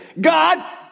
God